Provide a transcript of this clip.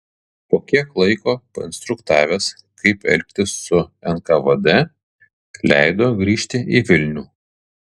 po kiek laiko painstruktavęs kaip elgtis su nkvd leido grįžti į vilnių